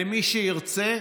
למי שירצה.